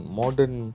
modern